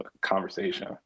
conversation